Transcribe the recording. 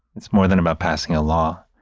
it's more than about passing a law.